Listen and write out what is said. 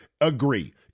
agree